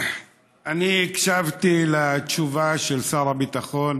אני הקשבתי לתשובה של שר הביטחון